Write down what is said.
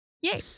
Yay